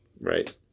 Right